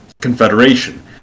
confederation